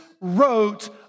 wrote